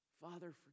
Father